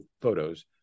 photos